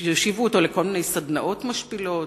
יאלצו אותו להשתתף בכל מיני סדנאות משפילות,